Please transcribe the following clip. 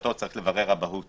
שבמסגרתו צריך לברר אבהות